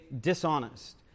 dishonest